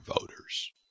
voters